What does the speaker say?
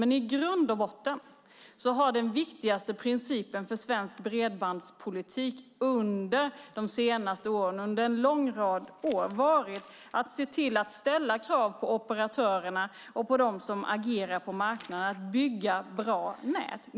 Men i grund och botten har den viktigaste principen för svensk bredbandspolitik under en lång rad år varit att se till att ställa krav på operatörerna och på dem som agerar på marknaden att bygga bra nät.